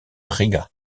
riga